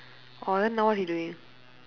orh then now what he doing